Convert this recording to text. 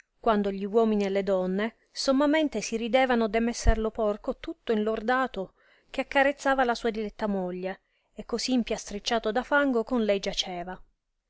quando gli uomini e le donne sommamente si ridevano de messer lo porco tutto inlordato che accarezzava la sua diletta moglie e così impiastracciato da fango con lei giaceva